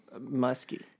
musky